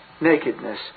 nakedness